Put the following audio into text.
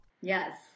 Yes